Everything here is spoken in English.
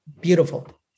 Beautiful